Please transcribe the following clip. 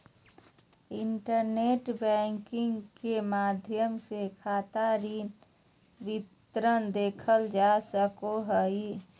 internet banking के माध्यम से खाता ऋण विवरण देखल जा सको हइ